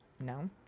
no